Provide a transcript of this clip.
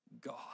God